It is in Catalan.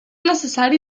necessari